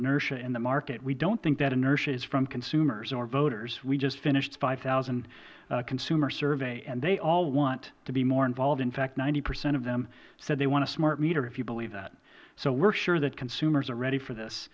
inertia in the market we don't think that inertia is from consumers or voters we just finished a five thousand consumer survey they all want to be more involved in fact ninety percent of them said they want a smart meter if you believe that so we are sure that consumers are ready for this